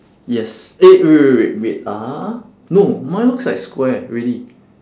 yes eh wait wait wait wait wait ah no mine looks like square really